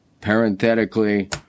parenthetically